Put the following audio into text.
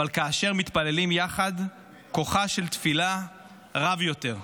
כאשר מתפללים יחד כוחה של תפילה רב יותר.